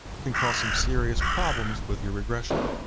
can cause some serious problems with your regression.